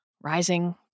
rising